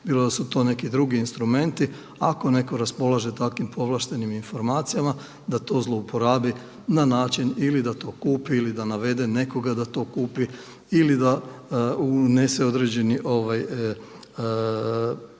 bilo da su to neki drugi instrumenti. Ako netko raspolaže takvim povlaštenim informacijama da to zlouporabi na način ili da to kupi ili da navede nekoga da to kupi ili da unese određeni neistinit